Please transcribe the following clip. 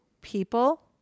people